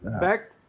back